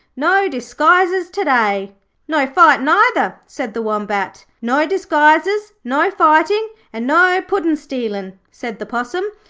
no disguises to-day no fighting, either said the wombat. no disguises, no fighting, and no puddin'-stealing said the possum.